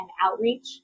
outreach